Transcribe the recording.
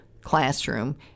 classroom